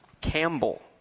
Campbell